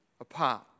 apart